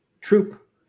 troop